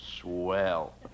Swell